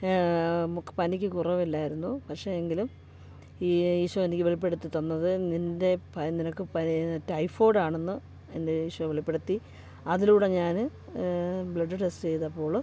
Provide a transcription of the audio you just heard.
പനിക്ക് കുറവില്ലായിരുന്നു പക്ഷേ എങ്കിലും ഈ ഈശോ എനിക്ക് വെളിപ്പെടുത്തി തന്നത് നിൻ്റെ പ നിനക്ക് പനി ടൈഫോയ്ഡാണെന്ന് എൻ്റെ ഈശോ വെളിപ്പെടുത്തി അതിലൂടെ ഞാൻ ബ്ലഡ് ടെസ്റ്റ ചെയ്തപ്പോൾ